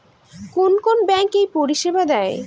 কোন কোন ব্যাঙ্ক এই পরিষেবা দেয়?